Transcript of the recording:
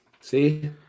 See